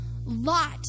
Lot